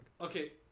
Okay